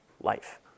life